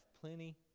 plenty